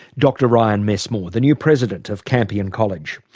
dr ryan messmore, the new president of campion college.